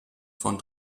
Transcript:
von